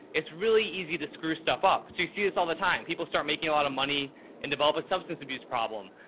it's really easy to screw stuff up. so you see this all the time. people start making a lot of money and develop a substance abuse problem,